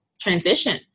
transition